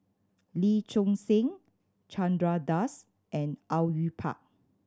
Lee Choon Seng Chandra Das and Au Yue Pak